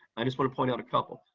i just wanna point out a couple.